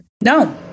no